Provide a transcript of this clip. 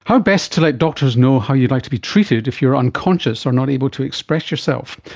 how best to let doctors know how you'd like to be treated if you're unconscious or not able to express yourself?